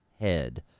head